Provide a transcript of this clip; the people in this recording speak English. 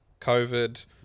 covid